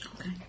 Okay